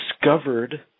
discovered